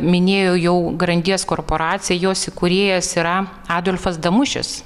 minėjau jau grandies korporaciją jos įkūrėjas yra adolfas damušis